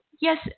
Yes